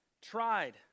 tried